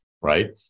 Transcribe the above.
right